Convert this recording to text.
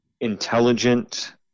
intelligent